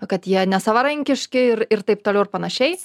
kad jie nesavarankiški ir ir taip toliau ir panašiai